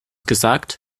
gesagt